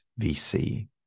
VC